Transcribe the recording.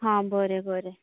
हां बरें बरें